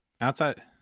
Outside